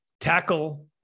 tackle